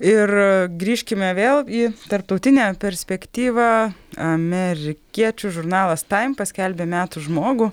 ir grįžkime vėl į tarptautinę perspektyvą amerikiečių žurnalas taim paskelbė metų žmogų